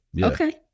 Okay